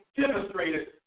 demonstrated